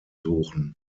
suchen